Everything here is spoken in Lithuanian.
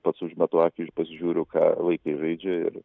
pats užmetu akį ir pasižiūriu ką vaikai žaidžia ir